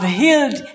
healed